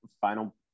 final